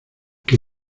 que